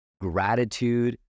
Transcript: gratitude